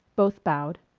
both bowed.